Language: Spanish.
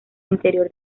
interior